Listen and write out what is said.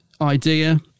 idea